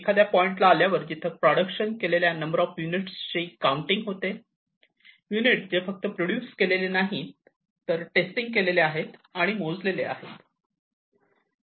point ला आल्यानंतर जेथे प्रोडक्शन केलेल्या नंबर ऑफ युनिट ची काउंटिंग होते युनिट जे फक्त प्रोड्यूस केलेले नाही तर टेस्टिंग केलेले आहेत आणि मोजलेले आहेत